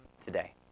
today